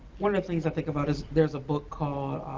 one of the things i think about is, there's a book called,